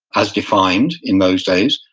as defined in those days,